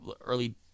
early